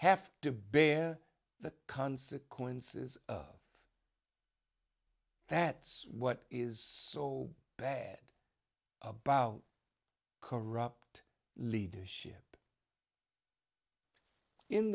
have to bear the consequences that's what is so bad about corrupt leadership in